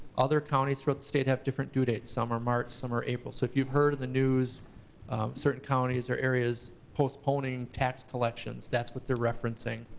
other counties throughout the state have different due dates. some are march, some are april. so if you've heard in the news certain counties or areas postponing tax collections, that's what they're referencing.